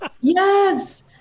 yes